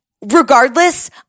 regardless